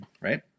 right